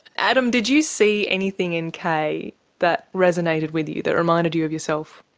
adam did you see anything in kay that resonated with you, that reminded you of yourself?